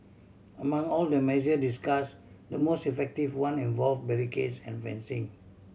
among all the measure discuss the most effective one involve barricades and fencing